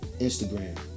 Instagram